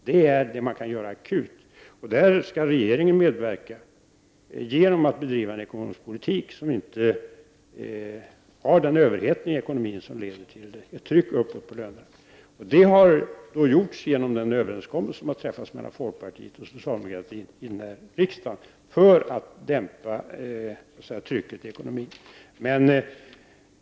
Det är den akuta åtgärd som kan vidtas. Där skall regeringen medverka genom att bedriva en ekonomisk politik som inte ger den överhettning i ekonomin som leder till att lönerna pressas upp. Detta har då gjorts genom den överenskommelse som har träffats mellan folkpartiet och socialdemokraterna för att dämpa trycket i ekonomin.